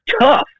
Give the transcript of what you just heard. tough